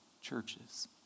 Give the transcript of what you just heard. churches